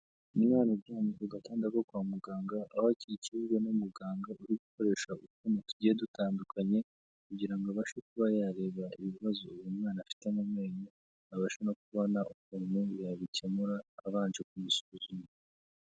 Ni umwana uryamye ku gatanda ko kwa muganga, aho akikijwe n'umuganga uri gukoresha utwuma tugiye dutandukanye kugira ngo abashe kuba yareba ibibazo uyu mwana afite mu menyo, abashe no kubona ukuntu yabikemura abanje kumusuzuma